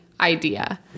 idea